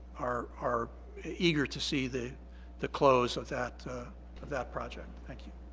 are are eager to see the the close of that of that project thank you